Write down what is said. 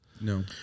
No